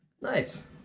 Nice